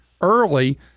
early